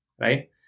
Right